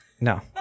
no